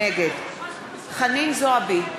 נגד חנין זועבי,